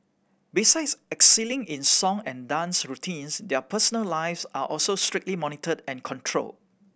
besides excelling in song and dance routines their personal lives are also strictly monitored and controlled